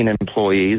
employees